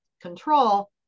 control